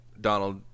Donald